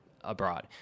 abroad